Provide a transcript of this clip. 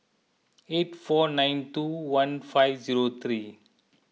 eight four nine two one five zero three